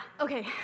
Okay